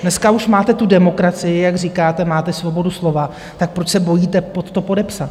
Dneska už máte tu demokracii, jak říkáte, máte svobodu slova, tak proč se bojíte pod to podepsat?